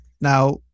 Now